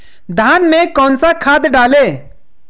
धान में कौन सा खाद डालें?